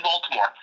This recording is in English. Baltimore